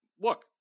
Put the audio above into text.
look